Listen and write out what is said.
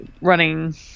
running –